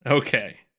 Okay